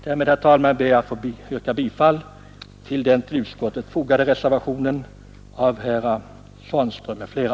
Därmed, herr talman, ber jag att få yrka bifall till den till betänkandet fogade reservationen av herr Svanström m.fl.